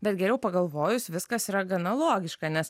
bet geriau pagalvojus viskas yra gana logiška nes